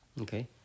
okay